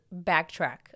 backtrack